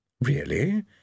Really